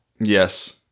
Yes